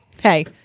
hey